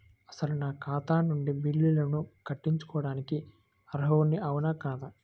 అసలు నా ఖాతా నుండి బిల్లులను కట్టుకోవటానికి అర్హుడని అవునా కాదా?